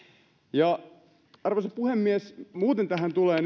arvoisa puhemies mitä tulee